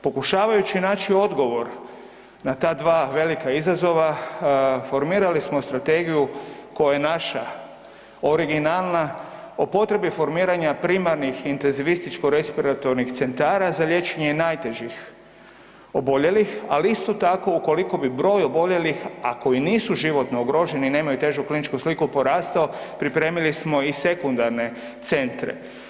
Pokušavajući naći odgovor na ta dva velika izazova, formirali smo strategiju koja je naša originalna o potrebi formiranja primarnih intenzivističko-respiratornih centara za liječenje najtežih oboljelih, ali isto tako ukoliko bi broj oboljelih, a koji nisu životno ugroženi i nemaju težu kliničku sliku porastao pripremili smo i sekundarne centre.